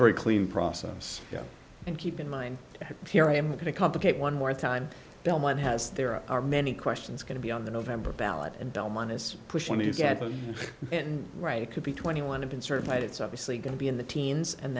very clean process and keep in mind here i'm going to complicate one more time belmont has there are many questions going to be on the november ballot and belmont is pushing to get it right it could be twenty one have been certified it's obviously going to be in the teens and